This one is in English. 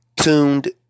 tuned